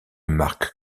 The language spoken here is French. marque